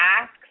ask